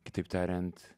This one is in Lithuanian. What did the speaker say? kitaip tariant